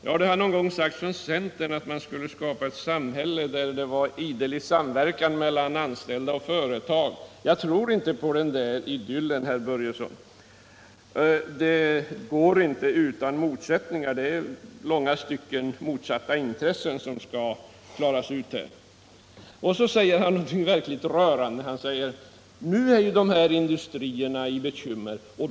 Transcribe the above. Ja, det har någon gång från centerhåll sagts att det skulle skapas ett samhälle med ständig samverkan mellan anställda och företag. Jag tror inte på den idyllen, herr Börjesson. Det går inte utan motsättningar. Det rör sig i långa stycken om motsatta intressen. Så säger Fritz Börjesson någonting verkligt rörande: Nu är de här industrierna i en bekymmersam situation.